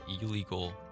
illegal